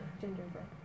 gingerbread